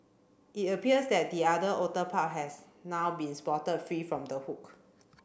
it appears that the other order pup has now been spotted free from the hook